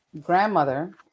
grandmother